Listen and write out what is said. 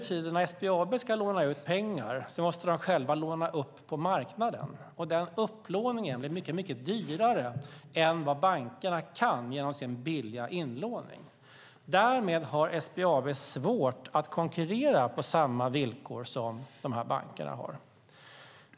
När SBAB ska låna ut pengar måste de alltså själva låna upp på marknaden, och den upplåningen är mycket dyrare än vad bankerna kan få genom sin billiga inlåning. Därmed har SBAB svårt att konkurrera på samma villkor som de bankerna.